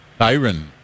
Tyron